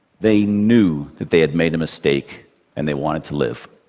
they knew that they had made a mistake and they wanted to live.